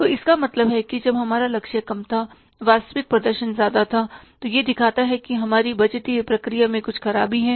तो इसका मतलब है जब हमारा लक्ष्य कम था वास्तविक प्रदर्शन ज्यादा था तो यह दिखाता है कि हमारी बजटीय प्रक्रिया में कुछ खराबी है